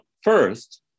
First